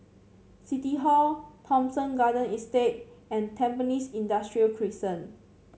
City Hall Thomson Garden Estate and Tampines Industrial Crescent